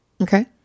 okay